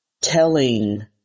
telling